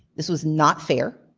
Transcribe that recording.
this was not fair.